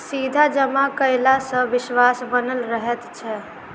सीधा जमा कयला सॅ विश्वास बनल रहैत छै